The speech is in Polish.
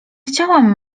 chciałam